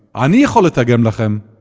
ani yachol letargem lachem.